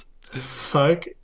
Fuck